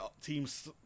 Teams